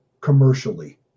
commercially